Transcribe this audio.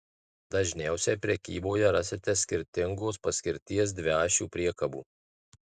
dažniausiai prekyboje rasite skirtingos paskirties dviašių priekabų